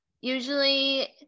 usually